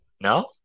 No